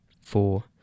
four